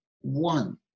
one